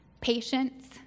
patience